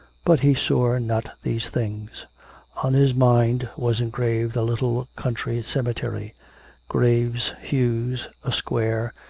but he saw not these things on his mind was engraved a little country cemetery graves, yews, a square,